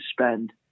spend